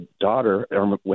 daughter